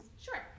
Sure